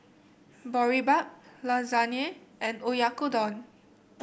Boribap Lasagne and Oyakodon